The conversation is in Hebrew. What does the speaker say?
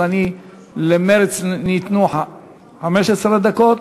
ולמרצ ניתנו 15 דקות.